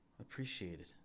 appreciated